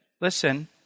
listen